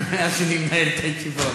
מאז שאני מנהל את הישיבות.